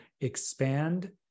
expand